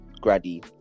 Grady